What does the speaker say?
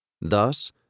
Thus